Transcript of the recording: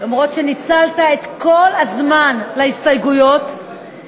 למרות שניצלת את כל הזמן להסתייגויות,